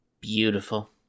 Beautiful